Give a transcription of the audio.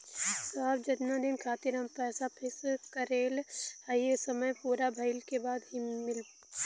साहब जेतना दिन खातिर हम पैसा फिक्स करले हई समय पूरा भइले के बाद ही मिली पैसा?